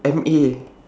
M_A